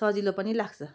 सजिलो पनि लाग्छ